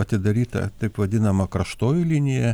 atidaryta taip vadinama karštoji linija